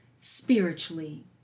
spiritually